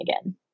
again